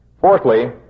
Fourthly